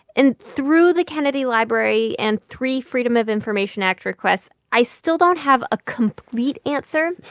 and through the kennedy library and three freedom of information act requests, i still don't have a complete answer.